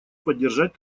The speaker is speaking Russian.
поддержать